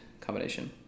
combination